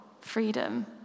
Freedom